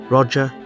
Roger